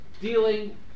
dealing